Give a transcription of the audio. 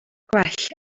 gwell